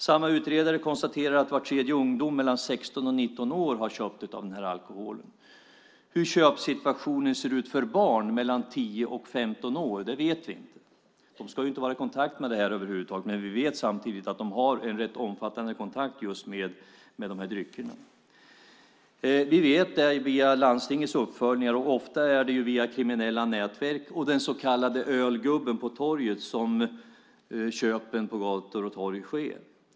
Samma utredare konstaterar att var tredje ungdom mellan 16 och 19 år har köpt av den alkoholen. Hur köpsituationen ser ut för barn mellan 10 och 15 år vet vi inte. De ska inte vara i kontakt med det här över huvud taget, men vi vet samtidigt att de har en rätt omfattande kontakt just med de här dryckerna. Vi vet det via landstingets uppföljningar. Ofta är det via kriminella nätverk och den så kallade ölgubben på torget som köpen på gator och torg sker.